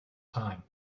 time